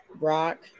rock